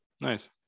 Nice